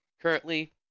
currently